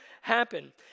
happen